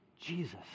Jesus